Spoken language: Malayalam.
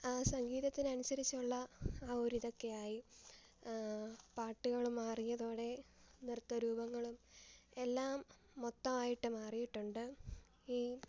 സംഗീതത്തിനനുസരിച്ചുള്ള ആ ഒരു ഇതൊക്കെയായി പാട്ടുകളും മാറിയതോടെ നൃത്തരൂപങ്ങളും എല്ലാം മൊത്തം ആയിട്ടു മാറിയിട്ടുണ്ട് ഈ